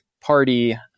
party